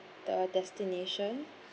the destination